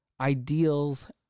ideals